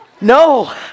No